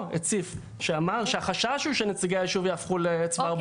הציף שאמר שהחשש הוא שנציגי היישוב יהפכו לצוואר בקבוק.